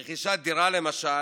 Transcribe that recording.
רכישת דירה למשל,